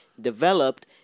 developed